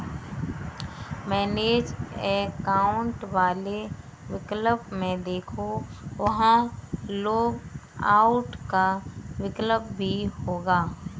manage account वाले विकल्प में देखो, वहां लॉग आउट का विकल्प भी होगा